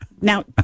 Now